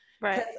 Right